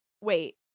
wait